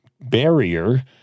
barrier